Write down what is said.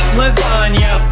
lasagna